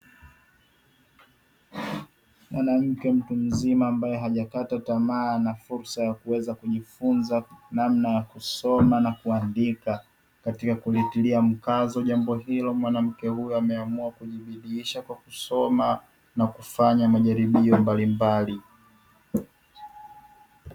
Mwanamke mtu mzima ambaye hajapata tamaa na fursa ya kuweza kujifunza namna ya kusoma na kuandika katika kulitilia, mkazo jambo hilo mwanamke huyo ameamua kujibidiisha kwa kusoma na kufanya majaribio mbalimbali.